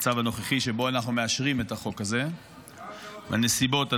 הנוכחי שבו אנחנו מאשרים את החוק הזה בנסיבות הללו.